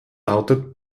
lautet